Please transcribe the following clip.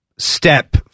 step